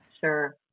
sure